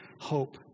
hope